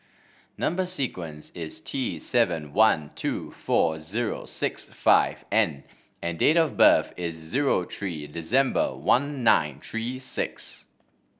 number sequence is T seven one two four zero six five N and date of birth is zero three December one nine three six